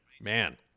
Man